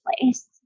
place